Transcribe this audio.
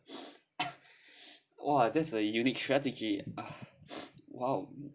!wah! that's a unique strategy ah !wow!